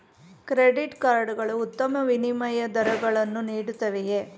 Credit card ಗಳು ಉತ್ತಮ ವಿನಿಮಯ ದರಗಳನ್ನು ನೀಡುತ್ತವೆಯೇ?